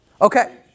Okay